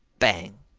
bang!